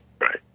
Right